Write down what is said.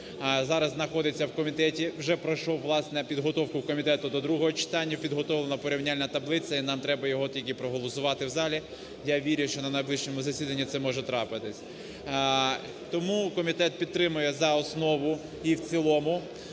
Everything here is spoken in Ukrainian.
зараз знаходиться в комітеті. Вже пройшов, власне, підготовку комітету до другого читання, підготовлена порівняльна таблиця і нам треба його тільки проголосувати в залі. Я вірю, що на найближчому засіданні це може трапитись. Тому комітет підтримує за основу і в цілому